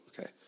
okay